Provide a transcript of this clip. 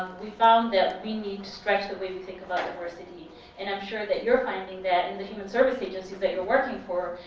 we found that we need to stretch the way we think about diversity and i'm sure that you're finding that in the human service agencies that you're working for,